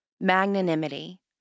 magnanimity